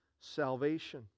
salvation